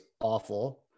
awful